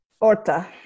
Orta